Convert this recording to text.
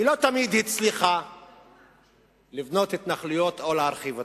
לא תמיד היא הצליחה לבנות התנחלויות או להרחיב התנחלויות.